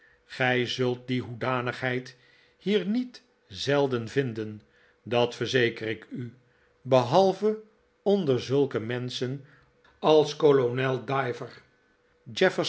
gij zult die hoedanigheid hier niet zelden vinden dat verzeker ik u behalve onder zulke menschen als kolonel